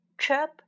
chirp